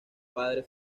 padre